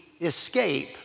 escape